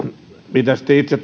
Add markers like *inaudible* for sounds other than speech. mitä sitten itse *unintelligible*